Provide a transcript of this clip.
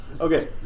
Okay